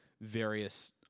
various